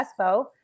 Espo